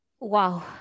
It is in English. Wow